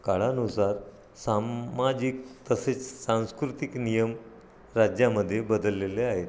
काळानुसार सामाजिक तसेच सांस्कृतिक नियम राज्यामध्ये बदललेले आहेत